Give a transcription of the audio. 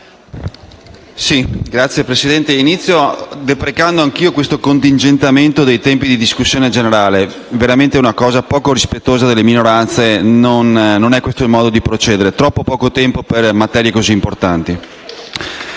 Signor Presidente, inizio deprecando anch'io questo contingentamento dei tempi di discussione generale, perché ritengo sia veramente poco rispettoso delle minoranze. Non è questo il modo di procedere: troppo poco tempo per materie così importanti.